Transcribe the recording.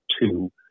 two